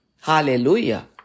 Hallelujah